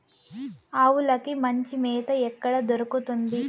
ఆవులకి మంచి మేత ఎక్కడ దొరుకుతుంది?